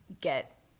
get